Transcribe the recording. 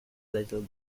little